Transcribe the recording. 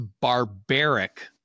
barbaric